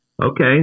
okay